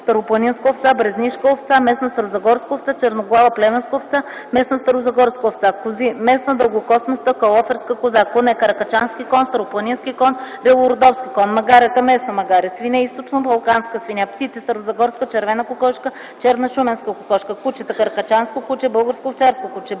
Западностаропланинска овца Брезнишка овца Местна старозагорска овца Черноглава плевенска овца Местна старозагорска овца КОЗИ Местна дългокосместа (Калоферска) коза КОНЕ Каракачански кон Старопланински кон Рилородопски кон МАГАРЕТА Местно магаре СВИНЕ Източнобалканска свиня ПТИЦИ Старозагорска червена кокошка Черна шуменска кокошка КУЧЕТА Каракачанско куче Българско овчарско куче